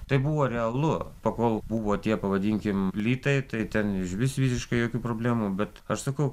tai buvo realu pakol buvo tie pavadinkim litai tai ten išvis visiškai jokių problemų bet aš sakau